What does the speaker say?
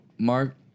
Mark